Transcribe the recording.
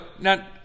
now